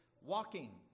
walking